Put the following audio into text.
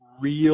real